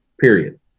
Period